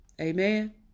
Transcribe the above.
Amen